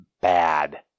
bad